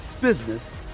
business